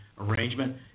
arrangement